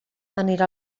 anirà